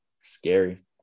Scary